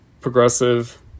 progressive